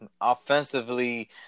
Offensively